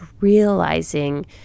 realizing